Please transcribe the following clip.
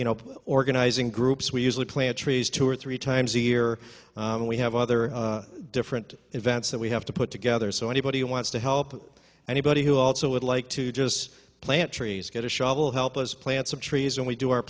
you know organizing groups we usually plant trees two or three times a year and we have other different events that we have to put together so anybody who wants to help anybody who also would like to just plant trees get a shovel help us plant some trees and we do our